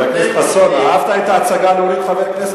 חבר הכנסת חסון, אהבת את ההצגה, חבר כנסת?